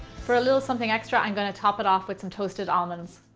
for a little something extra, i'm going to top it off with some toasted almonds.